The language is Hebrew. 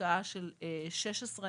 המידע עובר באופן אוטומטי.